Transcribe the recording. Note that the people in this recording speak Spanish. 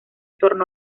torno